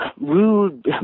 rude